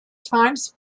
times